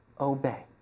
obey